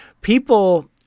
people